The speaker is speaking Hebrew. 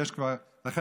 ויש כבר, תודה.